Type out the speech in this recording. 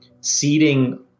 seeding